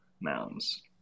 mounds